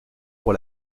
pour